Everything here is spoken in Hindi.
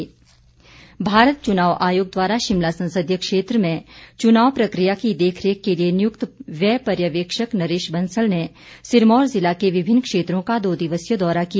निरीक्षण भारत चुनाव आयोग द्वारा शिमला संसदीय क्षेत्र में चुनाव प्रकिया की देख रेख के लिए नियुक्त व्यय पर्यवेक्षक नरेश बंसल ने सिरमौर जिला के विभिन्न क्षेत्रों का दो दिवसीय दौरा किया